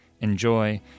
Enjoy